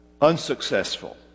unsuccessful